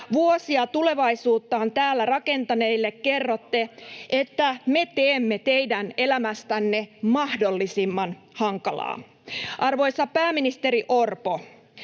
Vuosia tulevaisuuttaan täällä rakentaneille kerrotte, että me teemme teidän elämästänne mahdollisimman hankalaa. Arvoisa pääministeri Orpo,